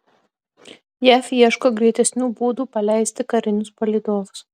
jav ieško greitesnių būdų paleisti karinius palydovus